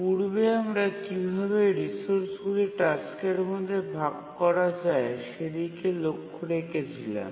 পূর্বে আমরা কীভাবে রিসোর্সগুলি টাস্কের মধ্যে ভাগ করা যায় সেদিকে লক্ষ্য রেখেছিলাম